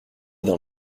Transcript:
dans